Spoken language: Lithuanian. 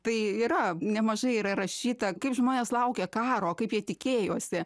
tai yra nemažai yra rašyta kaip žmonės laukia karo kaip jie tikėjosi